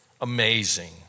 amazing